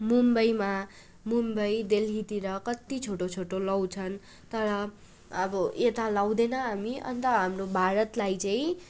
मुम्बईमा मुम्बई दिल्लीतिर कति छोटो छोटो लाउँछन् तर अबो यता लाउँदैन हामी अन्त हाम्रो भारतलाई चाहिँ